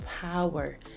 power